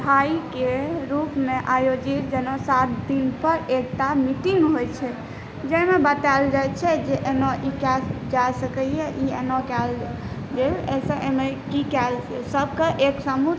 घाइके रूपमे आयोजित जेना सात दिनपर एकटा मीटिङ्ग होइ छै जाहिमे बताएल जाइ छै जे एना ई कएल जा कैए ई एना कएल गेल एहिसँ एहिमे कि कएल सबके एक समूह